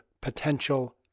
Potential